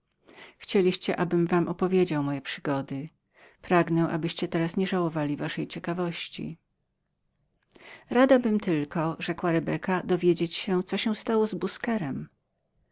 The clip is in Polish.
chcieliście abym wam opowiedział moje przygody pragnę abyście teraz nie żałowali waszej ciekawości radabym tylko rzekła rebeka dowiedzieć się co się stało z